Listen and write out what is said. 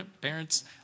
Parents